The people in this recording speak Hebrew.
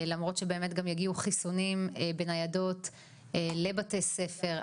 למרות שבאמת גם יגיעו חיסונים בניידות לבתי ספר,